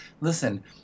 listen